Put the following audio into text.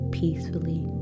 peacefully